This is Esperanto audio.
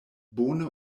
bone